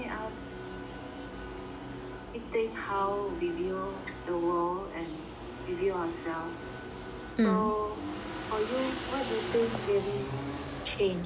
rethink how we view the world and we view ourselves so for you what do you think really changed